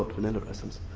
ah vanilla essence.